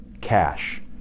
cash